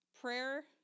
Prayer